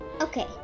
okay